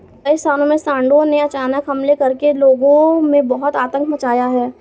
कई स्थानों में सांडों ने अचानक हमले करके लोगों में बहुत आतंक मचाया है